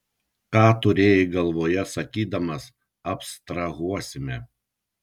ką turėjai galvoje sakydamas abstrahuosime